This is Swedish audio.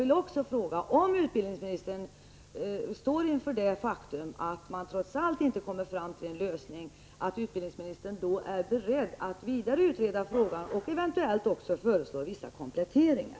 Dessutom vill jag fråga: Om utbildningsministern skulle stå inför det faktum att man trots allt inte kommer fram till en lösning, är då utbildningsministern beredd att vidare utreda frågan och eventuellt också föreslå vissa kompletteringar?